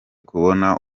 kubona